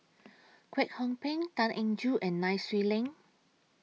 Kwek Hong Png Tan Eng Joo and Nai Swee Leng